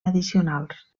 addicionals